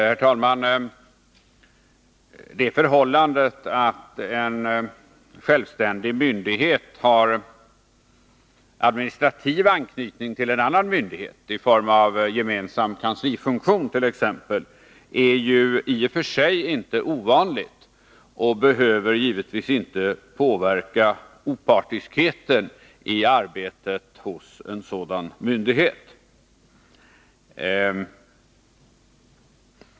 Herr talman! Det förhållandet att en självständig myndighet har administrativ anknytning till en annan myndighet, i form av en gemensam kanslifunktion t.ex., är ju i och för sig inte någonting ovanligt, och det behöver givetvis inte påverka opartiskheten i arbetet hos en sådan myndighet.